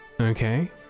Okay